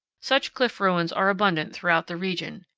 such cliff ruins are abundant throughout the region,